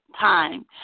Time